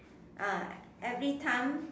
ah every time